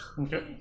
Okay